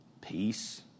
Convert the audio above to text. peace